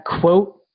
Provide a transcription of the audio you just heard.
quote